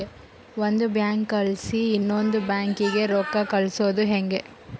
ಒಂದು ಬ್ಯಾಂಕ್ಲಾಸಿ ಇನವಂದ್ ಬ್ಯಾಂಕಿಗೆ ರೊಕ್ಕ ಕಳ್ಸೋದು ಯಂಗೆ